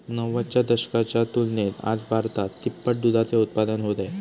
नव्वदच्या दशकाच्या तुलनेत आज भारतात तिप्पट दुधाचे उत्पादन होत आहे